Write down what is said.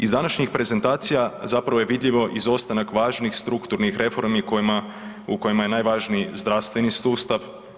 Iz današnjih prezentacija zapravo je vidljivo izostanak važnih strukturnih reformi kojima, u kojima je najvažniji zdravstveni sustav.